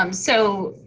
um so,